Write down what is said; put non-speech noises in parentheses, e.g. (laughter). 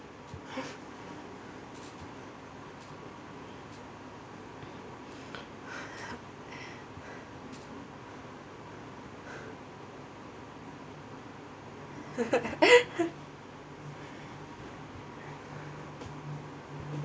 (laughs)